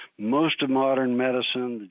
most of modern medicine,